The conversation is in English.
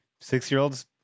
six-year-olds